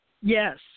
Yes